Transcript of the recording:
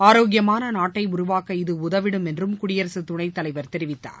ஆரோக்கியமான நாட்டை உருவாக்க இது உதவிடும் என்றும் குடியரகத் துணைத் தலைவர் தெரிவித்தார்